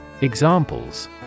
Examples